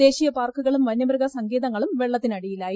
ദേശീയ പാർക്കുകളും വന്യമൃഗ സങ്കേതങ്ങളും വെള്ളത്തിനടിയിലായി